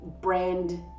brand